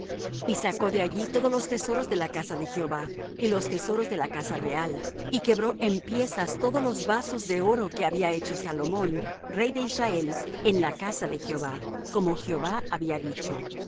y sacó de allí todos los tesoros de la casa de jehová y los tesoros de la casa real y quebró en piezas todos los vasos de oro que había hecho salomón rey de israel en la casa de jehová como jehová había dicho y